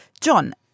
John